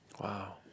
Wow